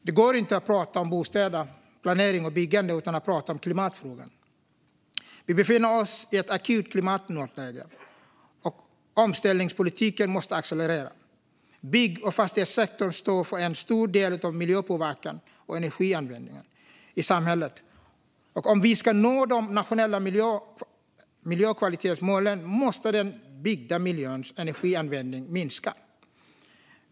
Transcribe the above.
Det går inte att prata om bostäder, planering och byggande utan att prata om klimatfrågan. Vi befinner oss i ett akut klimatnödläge, och omställningspolitiken måste accelerera. Bygg och fastighetssektorn står för en stor del av miljöpåverkan och energianvändningen i samhället. Om vi ska nå de nationella miljökvalitetsmålen måste den byggda miljöns energianvändning minska.